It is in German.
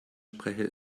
sprecher